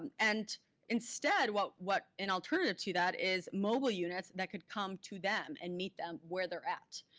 and and instead what what an alternative to that is mobile units that could come to them and meet them where they're at.